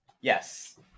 yes